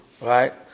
right